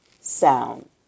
sound